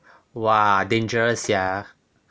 !wah! dangerous sia